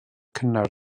cynnar